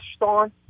on